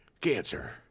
cancer